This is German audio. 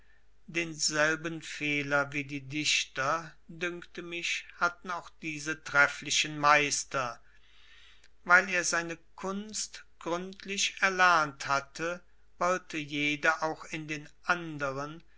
denselben fehler wie die dichter dünkte mich hatten auch diese trefflichen meister weil er seine kunst gründlich erlernt hatte wollte jeder auch in den andern